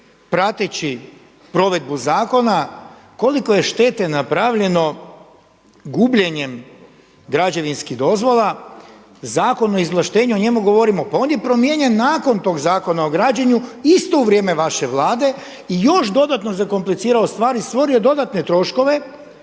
prateći provedbu zakona koliko je štete napravljeno gubljenjem građevinskih dozvola. Zakon o izvlaštenju, o njemu govorimo. Pa on je promijenjen nakon tog zakona o građenju, isto u vrijeme vaše Vlade i još dodatno zakomplicirao stvari i stvorio dodatne troškove.